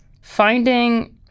Finding